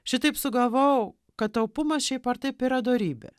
šitaip sugavau kad taupumas šiaip ar taip yra dorybė